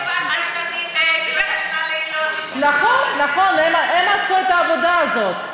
ישבה לילות, נכון, הם עשו את העבודה הזאת.